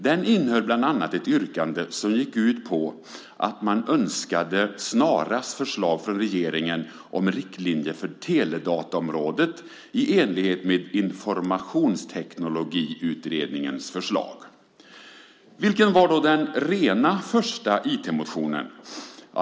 Den innehöll bland annat ett yrkande som gick ut på att man önskade att förslag snarast skulle läggas fram från regeringen om riktlinjer för teledataområdet i enlighet med Informationsteknologiutredningens förslag. Vilken var då den första rena IT-motionen?